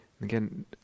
Again